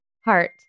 Heart